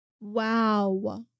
Wow